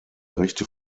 rechte